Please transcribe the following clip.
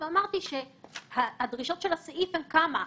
וכן שאלות בקשר לאפליה או ולהתניות וכדומה לא נחקרות,